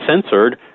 censored